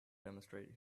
demonstrate